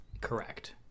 Correct